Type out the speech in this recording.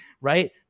right